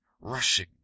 rushing